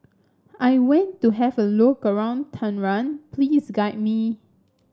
I want to have a look around Tehran please guide me